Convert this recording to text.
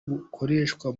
bukoreshwa